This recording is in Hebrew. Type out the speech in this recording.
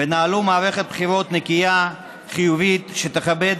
ונהלו מערכת בחירות נקייה, חיובית, שתכבד